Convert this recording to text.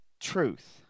truth